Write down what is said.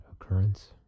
occurrence